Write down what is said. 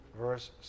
verse